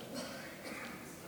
חברת